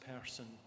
person